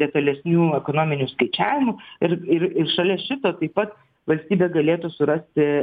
detalesnių ekonominių skaičiavimų ir ir ir šalia šito taip pat valstybė galėtų surasti